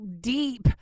deep